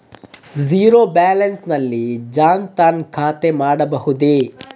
Zero balance ನಲ್ಲಿ ಜನ್ ಧನ್ ಖಾತೆ ಮಾಡಬಹುದೇ?